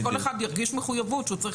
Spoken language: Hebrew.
אז כל אחד ירגיש מחויבות שהוא צריך